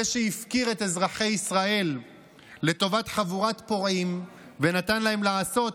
זה שהפקיר את אזרחי ישראל לטובת חבורת פורעים ונתן להם לעשות,